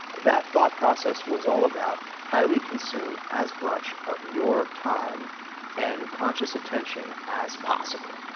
that thought process was all about how do we consume as much of your time and conscious attention as possible?